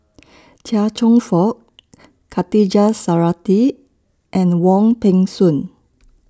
Chia Cheong Fook Khatijah Surattee and Wong Peng Soon